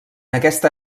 aquesta